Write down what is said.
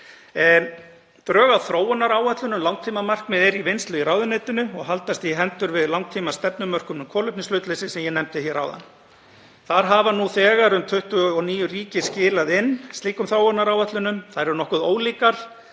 Drög að þróunaráætlun um langtímamarkmið er í vinnslu í ráðuneytinu og þau haldast í hendur við langtímastefnumörkun um kolefnishlutleysi sem ég nefndi hér áðan. Nú þegar hafa um 29 ríki skilað inn slíkum þróunaráætlunum. Þær eru nokkuð ólíkar